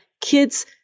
kids